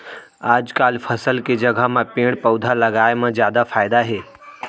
आजकाल फसल के जघा म पेड़ पउधा लगाए म जादा फायदा हे